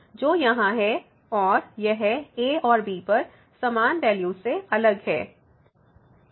जो यहां है और यह a और b पर समान वैल्यू से अलग है